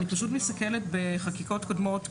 אני פשוט מסתכלת בחקיקות קודמות.